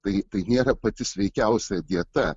tai tai nėra pati sveikiausia dieta